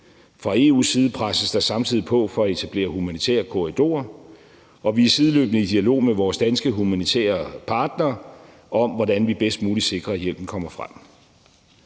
fra EU's side presses der samtidig på for at etablere humanitære korridorer; og vi er sideløbende i dialog med vores danske humanitære partnere om, hvordan vi bedst muligt sikrer, at hjælpen kommer frem.